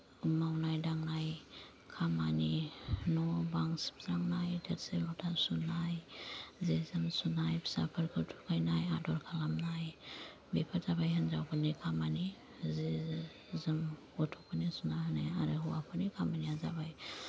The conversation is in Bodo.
मावनाय दांनाय खामानि न' बां सिबस्रांनाय थोरसि लथा सुनाय जि जोम सुनाय फिसाफोरखौ थुखैनाय आदर खालामनाय बेफोर जाबाय हिनजावफोरनि खामानि ओजों गथ'फोरनि सुना होनाय आरो हौवाफोरनि खामानिया जाबाय